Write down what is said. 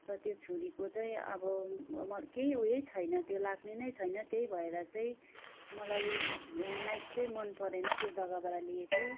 र त्यो छुरीको चाहिँ अब म मलाई केही उयै छैन त्यो लाग्ने नै छैन त्यही भएर चाहिँ मलाई नाइफ चाहिँ मनपरेन त्यो जग्गाबाट लिएको